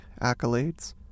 accolades